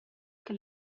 que